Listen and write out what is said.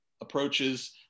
approaches